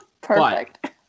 Perfect